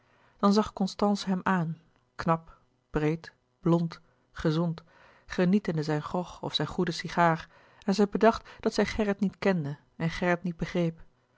dan zag constance hem aan knap breed blond gezond genietende zijn grog of zijn goeden sigaar en zij bedacht dat zij gerrit niet kende en gerrit niet begreep